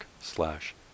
slash